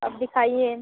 अब दिखाइए